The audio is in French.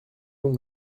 donc